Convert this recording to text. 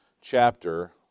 chapter